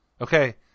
Okay